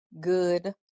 good